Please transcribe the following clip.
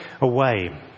away